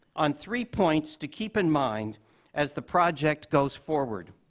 on three points to keep in mind as the project goes forward.